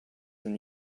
than